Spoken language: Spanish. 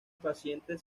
pacientes